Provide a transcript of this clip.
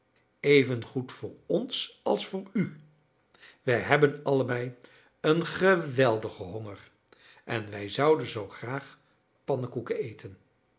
evengoed voor ons als voor u wij hebben allebei een geweldigen honger en wij zouden zoo graag pannekoeken eten